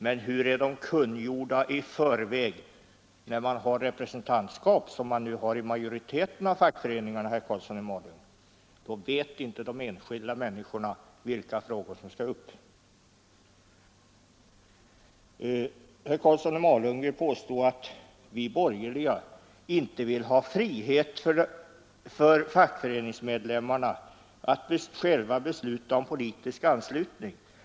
Men hur kungöres de vid representantskapsmöten, som ju majoriteten av föreningarna deltar vid, herr Karlsson i Malung? Då vet inte de enskilda människorna vilka frågor som skall tas upp. Herr Karlsson i Malung vill påstå att vi borgerliga inte vill ha frihet för fackföreningsmedlemmarna att själva besluta om politisk anslutning.